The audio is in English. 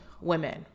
women